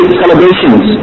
celebrations